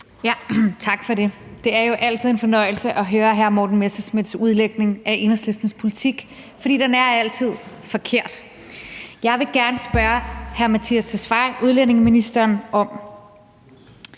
Tak for det. Det er jo altid en fornøjelse at høre hr. Morten Messerschmidts udlægning af Enhedslistens politik, for den er altså forkert. Jeg vil gerne spørge udlændinge- og integrationsministeren om